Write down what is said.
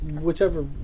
Whichever